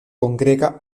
congrega